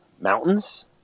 mountains